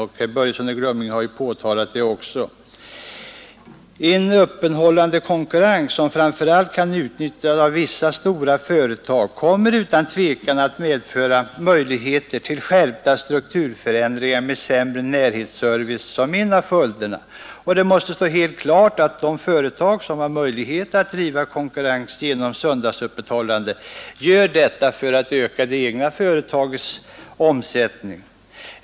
Också herr Börjesson i Glömminge har påtalat detta. En öppethållandekonkurrens som framför allt kan utövas av vissa stora företag kommer utan tvivel att medföra möjligheter till skärpta strukturförändringar med sämre närhetsservice som följd. Det måste stå helt klart att de företag som har möjlighet att driva konkurrens genom söndagsöppethållande gör detta för att öka det egna företagets omsättning.